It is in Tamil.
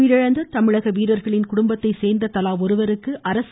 உயிரிழந்த இவ்விரு வீரர்களின் குடும்பத்தைச் சோந்த தலா ஒருவருக்கு அரசு